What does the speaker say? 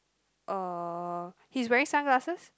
uh he's wearing sunglasses